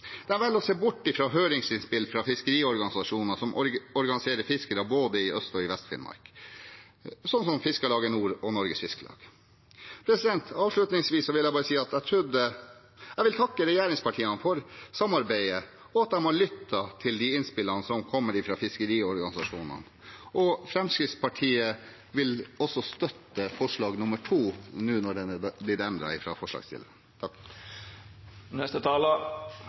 å se bort fra høringsinnspill fra fiskeriorganisasjoner som organiserer fiskere i både Øst- og Vest-Finnmark, som Fiskarlaget Nord og Norges Fiskarlag. Avslutningsvis vil jeg takke regjeringspartiene for samarbeidet og for at de har lyttet til de innspillene som har kommet fra fiskeriorganisasjonene. Fremskrittspartiet vil også støtte forslag nr. 2, nå når det har blitt endret av forslagsstillerne. Årsaken til at krabben er så viktig, hadde vi for en stund siden en debatt om, nemlig i